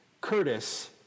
Curtis